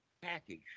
package